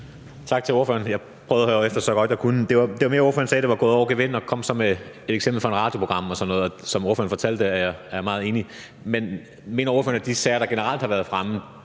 Tak til ordføreren. Jeg prøvede at høre efter så godt, jeg kunne. Det var mere det, ordføreren sagde om, at det var gået over gevind. Og ordføreren kom så med et eksempel fra et radioprogram eller sådan noget, og som ordføreren fortalte det, er jeg meget enig. Men mener ordføreren, at de sager, der generelt har været fremme,